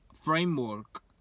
framework